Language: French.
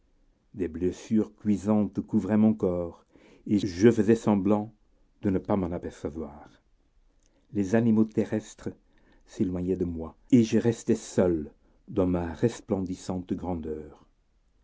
des blessures cuisantes couvraient mon corps je faisais semblant de ne pas m'en apercevoir les animaux terrestres s'éloignaient de moi et je restais seul dans ma resplendissante grandeur